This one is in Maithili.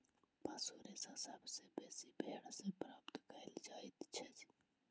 पशु रेशा सभ सॅ बेसी भेंड़ सॅ प्राप्त कयल जाइतअछि